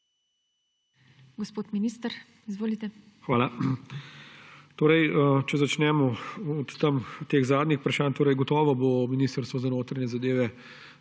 Gospod minister, izvolite. **ALEŠ HOJS:** Hvala. Če začnemo od zadnjih vprašanj, gotovo bo Ministrstvo za notranje zadeve